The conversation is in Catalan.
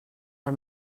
del